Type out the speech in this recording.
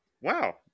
Wow